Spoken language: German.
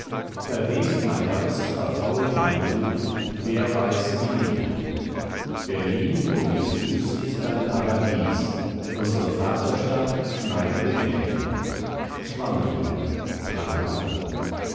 verwest mein herz verfault mein blut wer weiß wie liebe tut berlin o wie süß ist dein paradies unsere vaterstadt schneidige mädchen hat schwamm drüber tralala